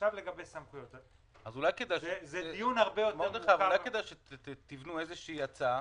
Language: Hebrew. אולי כדאי שתבנו איזו הצעה.